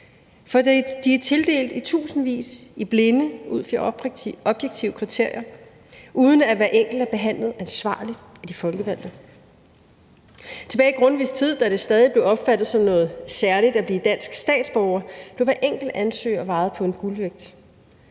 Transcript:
For de er tildelt i tusindvis i blinde ud fra objektive kriterier, og uden at hver enkelt er behandlet ansvarligt af de folkevalgte. Tilbage i Grundtvigs tid, da det stadig blev opfattet som noget særligt at blive dansk statsborger, blev hver enkelt ansøger vejet på en guldvægt.